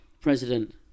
president